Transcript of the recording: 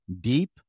deep